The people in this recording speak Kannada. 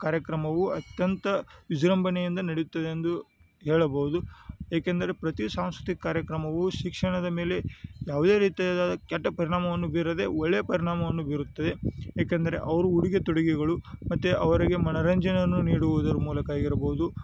ಕಾರ್ಯಕ್ರಮವು ಅತ್ಯಂತ ವಿಜೃಂಭಣೆಯಿಂದ ನಡೆಯುತ್ತದೆ ಎಂದು ಹೇಳಬಹುದು ಏಕೆಂದರೆ ಪ್ರತಿ ಸಾಂಸ್ಕೃತಿಕ ಕಾರ್ಯಕ್ರಮವು ಶಿಕ್ಷಣದ ಮೇಲೆ ಯಾವುದೇ ರೀತಿಯದ್ದಾದ ಕೆಟ್ಟ ಪರಿಣಾಮವನ್ನು ಬೀರದೇ ಒಳ್ಳೆಯ ಪರಿಣಾಮವನ್ನು ಬೀರುತ್ತದೆ ಏಕೆಂದರೆ ಅವ್ರ ಉಡುಗೆ ತೊಡುಗೆಗಳು ಮತ್ತು ಅವರಿಗೆ ಮನರಂಜನೆಯನ್ನು ನೀಡುವುದರ ಮೂಲಕ ಆಗಿರಬೌದು